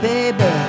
Baby